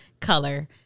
color